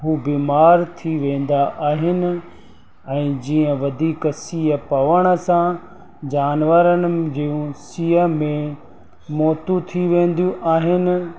हू बीमारु थी वेंदा आहिनि ऐं जीअं वधीक सीअ पवण सां जानवरनि जूं सीअ में मौतूं थी वेंदियूं आहिनि